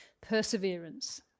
perseverance